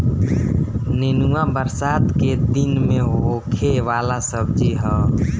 नेनुआ बरसात के दिन में होखे वाला सब्जी हअ